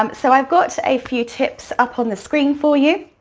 um so i've got a few tips up on the screen for you,